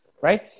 Right